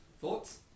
Thoughts